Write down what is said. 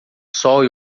sol